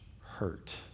hurt